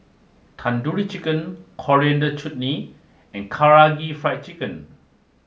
Tandoori Chicken Coriander Chutney and Karaage Fried Chicken